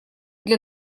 для